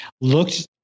looked